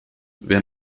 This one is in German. wer